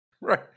Right